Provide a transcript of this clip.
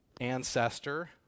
ancestor